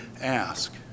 ask